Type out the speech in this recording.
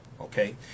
okay